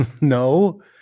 no